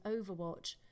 Overwatch